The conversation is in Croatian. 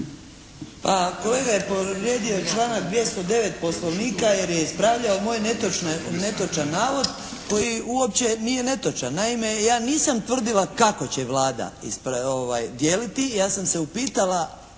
Kolega je povrijedio članak 209. Poslovnika jer je ispravljao moj netočan navod koji uopće nije netočan. Naime ja nisam tvrdila kako će Vlada dijeliti, ja sam se upitala